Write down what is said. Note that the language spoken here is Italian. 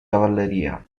cavalleria